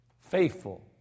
faithful